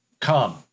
come